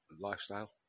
lifestyle